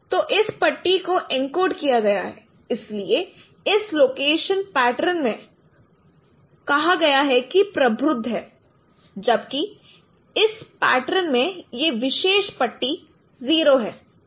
तो इस पट्टी को एन्कोड किया गया है इसलिए इस लोकेशन पैटर्न में कहा गया है कि प्रबुद्ध है 1 जबकि इस पैटर्न में यह विशेष पट्टी 0 है एक बार फिर यह 1 है